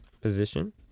position